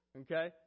okay